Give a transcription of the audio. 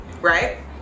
right